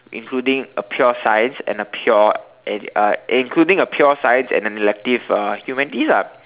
including a pure science and a pure and uh including a pure science and an elective uh humanities ah